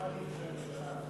איזה שעות?